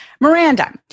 Miranda